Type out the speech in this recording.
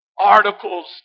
Articles